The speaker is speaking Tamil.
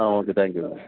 ஆ ஓகே தேங்க்யூங்க